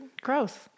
Gross